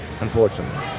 Unfortunately